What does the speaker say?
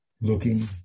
looking